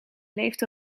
leeft